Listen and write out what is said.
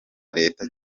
leta